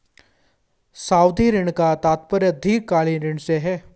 सावधि ऋण का तात्पर्य दीर्घकालिक ऋण से है